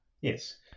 yes